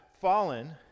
fallen